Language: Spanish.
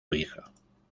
hija